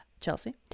Chelsea